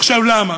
עכשיו, למה?